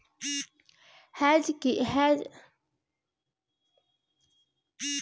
hedge में कृषि कअ समान कअ कीमत में पारदर्शिता अउरी मानकीकृत कुशल हेजिंग मिल सके